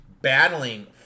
battling